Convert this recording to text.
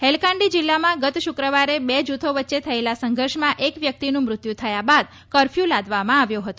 હેલકાંડી જિલ્લામાં ગત શુક્રવારે બે જૂથો વચ્ચે થયેલા સંઘર્ષમાં એક વ્યક્તિનું મૃત્યુ થયા બાદ કરફયુ લાદવામાં આવ્યો હતો